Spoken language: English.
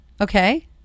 Okay